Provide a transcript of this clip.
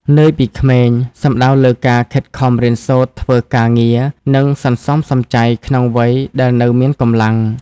«នឿយពីក្មេង» សំដៅលើការខិតខំរៀនសូត្រ ធ្វើការងារ និងសន្សំសំចៃក្នុងវ័យដែលនៅមានកម្លាំង។